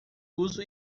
uso